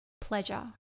pleasure